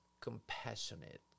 compassionate